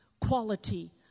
quality